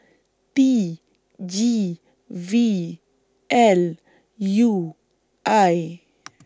T G V L U I